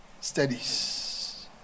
studies